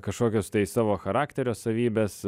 kažkokius tai savo charakterio savybes